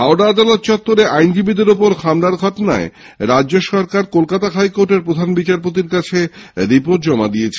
হাওড়া আদালত চত্বরে আইনজীবিদের ওপর হামলার ঘটনায় রাজ্য সরকার কলকাতা হাইকোর্টের প্রধান বিচারপতির কাছে রিপোর্ট জমা দিয়েছে